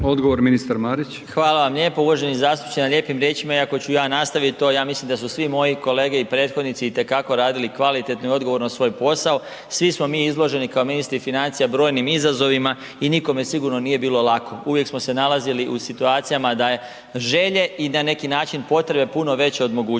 Odgovor, ministar Marić. **Marić, Zdravko** Hvala vam lijepo uvaženi zastupniče na lijepim riječima iako ću ja nastaviti to. Ja mislim da su svi moji kolege i prethodnici itekako radili kvalitetno i odgovorno svoj posao. Svi smo mi izloženi kao ministri financija brojnim izazovima i nikome sigurno nije bilo lako. Uvijek smo se nalazili u situacijama da je želje i na neki način potrebe puno veće od mogućnosti.